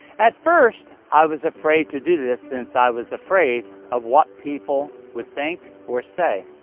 at first i was afraid to do this, since i was afraid of what people would think or say.